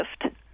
Gift